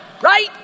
Right